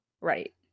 Right